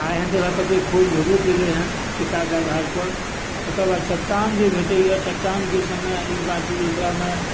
आओर एहन तरहक कतेक खोज भेबो केलै हँ सिक्काके आधारपर तकर बाद चट्टान भेटै यऽ चट्टानके सङ्गे ई बात छै जे ओकरामे